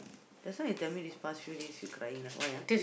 just now you tell me these past few days you crying right why ah